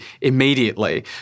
immediately